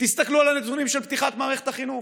תסתכלו על הנתונים של פתיחת מערכת החינוך.